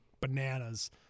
bananas